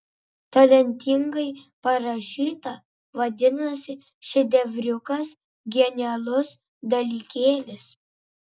talentingai parašyta vadinasi šedevriukas genialus dalykėlis